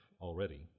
already